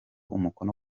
umukono